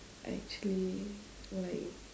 actually like